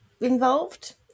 involved